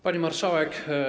Pani Marszałek!